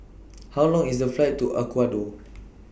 How Long IS The Flight to Ecuador